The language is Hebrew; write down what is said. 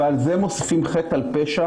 ועל זה מוסיפים חטא על פשע